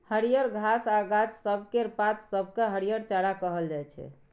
हरियर घास आ गाछ सब केर पात सब केँ हरिहर चारा कहल जाइ छै